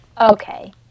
Okay